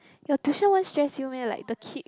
your tuition won't stress you meh like the kid